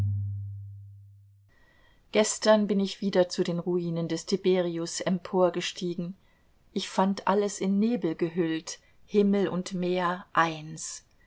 gestern bin ich wieder zu den ruinen des tiberius emporgestiegen ich fand alles in nebel gehüllt himmel und meer eins